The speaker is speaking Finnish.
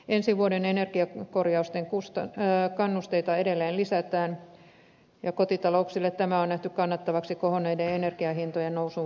ensi vuoden energiakorjausten kannusteita edelleen lisätään ja kotitalouksille tämä on nähty kannattavaksi kohonneiden energiahintojen nousun vuoksi